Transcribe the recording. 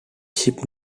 ship